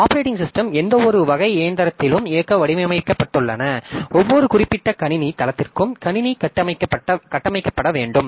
operating system எந்தவொரு வகை இயந்திரத்திலும் இயங்க வடிவமைக்கப்பட்டுள்ளன ஒவ்வொரு குறிப்பிட்ட கணினி தளத்திற்கும் கணினி கட்டமைக்கப்பட வேண்டும்